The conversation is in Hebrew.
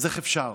אז איך אפשר?